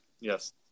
yes